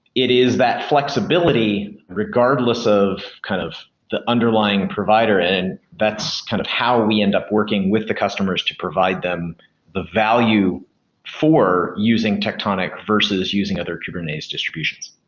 it is that flexibility regardless of kind of the underlying provider, and that's kind of how we end up working with the customers to provide them the value for using tectonic versus using other kubernetes distributions.